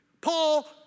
Paul